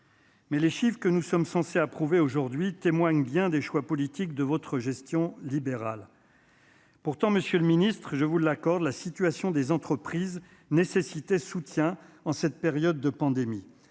Mais les chiffres que nous sommes censés approuver aujourd'hui témoigne bien des choix politiques de votre gestion libérale. Pourtant, Monsieur le Ministre, je vous l'accorde, la situation des entreprises nécessitait soutient en cette période de pandémie,